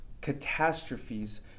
catastrophes